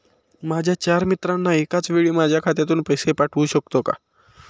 माझ्या चार मित्रांना एकाचवेळी माझ्या खात्यातून पैसे पाठवू शकतो का?